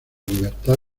libertad